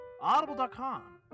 Audible.com